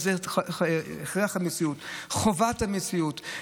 זה הכרח המציאות, חובת המציאות.